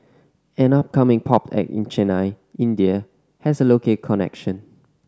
an upcoming pop act in Chennai India has a local connection